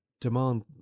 demand